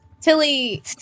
Tilly